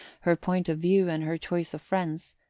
her point of view and her choice of friends,